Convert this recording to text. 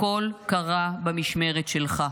הכול קרה במשמרת שלך.